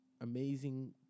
amazing